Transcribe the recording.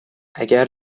اگر